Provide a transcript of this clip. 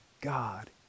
God